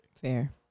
Fair